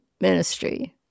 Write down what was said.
ministry